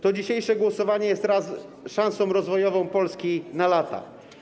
To dzisiejsze głosowanie jest szansą rozwojową Polski na lata.